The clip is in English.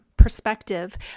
perspective